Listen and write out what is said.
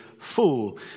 Fool